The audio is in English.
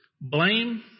blame